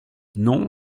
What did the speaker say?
non